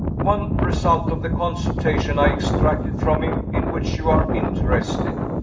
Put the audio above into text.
one result of the consultation i extracted from him, in which you are interested.